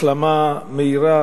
החלמה מהירה,